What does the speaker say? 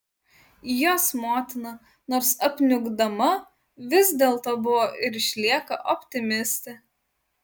jos motina nors apniukdama vis dėlto buvo ir išlieka optimistė